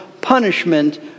punishment